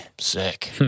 Sick